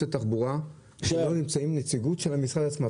תחבורה שלא נמצאת הנציגות של המשרד עצמו,